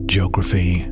Geography